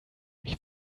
mich